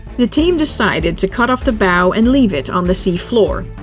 the team decided to cut off the bow and leave it on the seafloor.